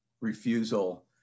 refusal